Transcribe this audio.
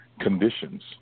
conditions